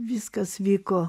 viskas vyko